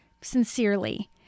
sincerely